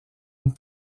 une